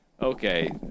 Okay